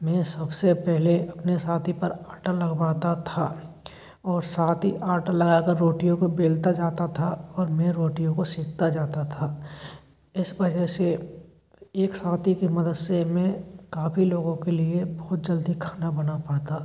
मैं सबसे पहले अपने साथी पर आटा लगवाता था और साथ ही आटा लगा कर रोटियों को बेलता जाता था और मैं रोटियों को सेंकता जाता था इस वजह से एक साथी के मदद से मैं काफ़ी लोगों के लिए बहुत जल्दी खाना बना पाता